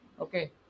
okay